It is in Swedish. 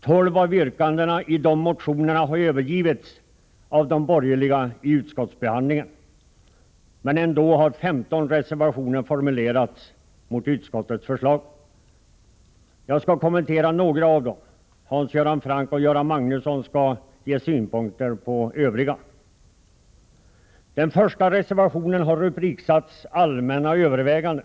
Tolv av yrkandena i dessa motioner har vid utskottsbehandlingen övergivits av de borgerliga, men ändå har 15 reservationer formulerats mot utskottets förslag. Jag skall kommentera några av dem. Hans Göran Franck och Göran Magnusson kommer att ge synpunkter på övriga reservationer. Den första reservationen har rubriksatts Utskottets allmänna överväganden.